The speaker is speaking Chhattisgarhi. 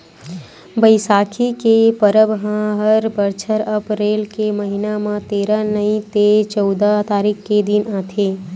बइसाखी के परब ह हर बछर अपरेल के महिना म तेरा नइ ते चउदा तारीख के दिन आथे